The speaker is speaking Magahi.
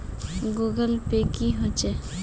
गूगल पै की होचे?